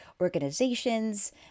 organizations